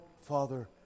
Father